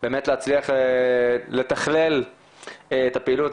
באמת להצליח לתכלל את הפעילות.